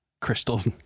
Crystals